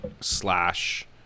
slash